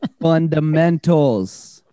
Fundamentals